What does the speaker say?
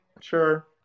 sure